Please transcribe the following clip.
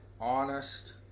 honest